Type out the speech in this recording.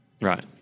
Right